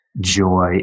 joy